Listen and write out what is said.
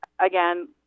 again